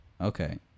Okay